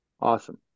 Awesome